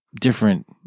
different